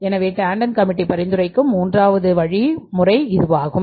எனவே டாண்டன் கமிட்டி பரிந்துரைக்கும்மூன்றாவது வழிமுறை இதுவாகும்